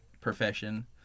profession